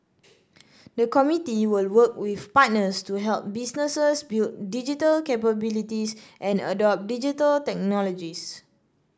the committee will work with partners to help businesses build digital capabilities and adopt Digital Technologies